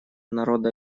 народа